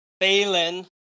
Phelan